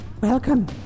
welcome